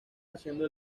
haciendo